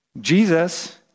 Jesus